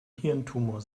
hirntumor